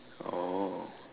oh